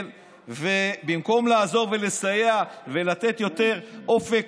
ובמקום לעזור ולסייע ולתת יותר אופק,